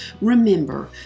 Remember